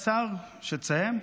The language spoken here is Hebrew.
השר, שתסיים?